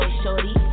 shorty